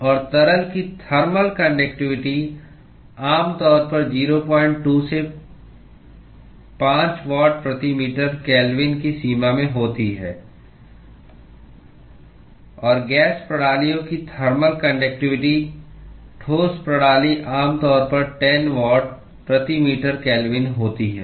और तरल की थर्मल कान्डक्टिवटी आमतौर पर 02 से 5 वाट प्रति मीटर केल्विन की सीमा में होती है और गैस प्रणालियों की थर्मल कान्डक्टिवटी ठोस प्रणाली आमतौर पर 10 वाट प्रति मीटर केल्विन होती है